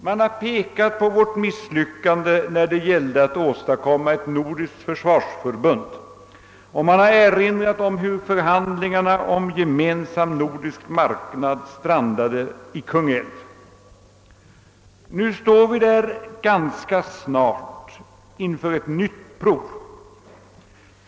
Man har pekat på vårt misslyckande när det gällde att åstadkomma ett nordiskt försvarsförbund, och man har erinrat om hur förhandlingarna om gemensam nordisk marknad strandade i Kungälv. Nu står vi ganska snart inför ett nytt prov.